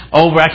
over